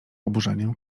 oburzeniem